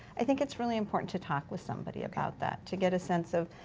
i think it's really important to talk with somebody about that. to get a sense of,